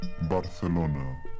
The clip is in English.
Barcelona